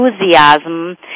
enthusiasm